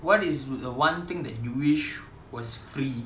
what is the one thing that you wish was free